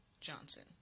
Johnson